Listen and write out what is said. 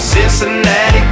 Cincinnati